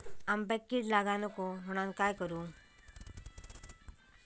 आंब्यक कीड लागाक नको म्हनान काय करू?